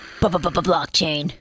blockchain